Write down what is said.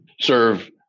serve